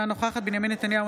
אינה נוכחת בנימין נתניהו,